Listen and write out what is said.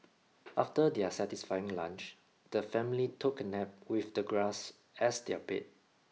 after their satisfying lunch the family took a nap with the grass as their bed